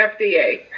FDA